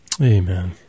Amen